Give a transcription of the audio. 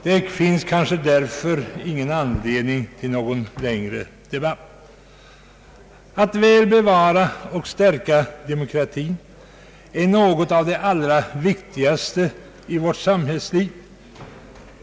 Det finns kanske därför ingen anledning till en längre debatt. Att väl bevara och stärka demokratin är något av det allra viktigaste i vårt samhällsliv.